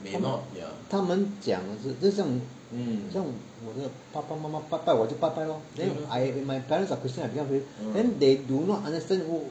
他们讲是就像像我的爸爸妈妈带带我去拜拜 lor then I if my parents are christians I become christian then they do not understand oh